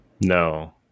No